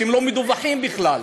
שלא מדווחים בכלל.